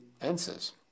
answers